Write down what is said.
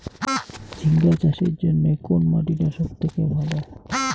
ঝিঙ্গা চাষের জইন্যে কুন মাটি টা সব থাকি ভালো?